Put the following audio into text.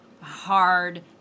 hard